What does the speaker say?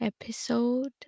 episode